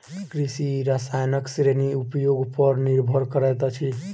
कृषि रसायनक श्रेणी उपयोग पर निर्भर करैत अछि